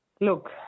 Look